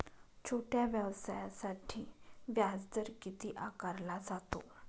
छोट्या व्यवसायासाठी व्याजदर किती आकारला जातो?